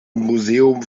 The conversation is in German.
museum